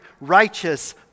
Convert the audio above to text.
righteous